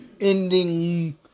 ending